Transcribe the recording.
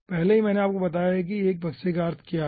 पहले ही मैंने आपको बताया है कि एक बक्से का अर्थ क्या है